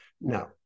no